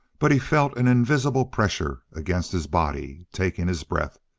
but he felt an invisible pressure against his body, taking his breath.